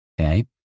Okay